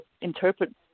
interpret